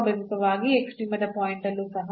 ಸ್ವಾಭಾವಿಕವಾಗಿ ಎಕ್ಸ್ಟ್ರೀಮದ ಪಾಯಿಂಟ್ ಅಲ್ಲೂ ಸಹ